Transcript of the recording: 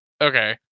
Okay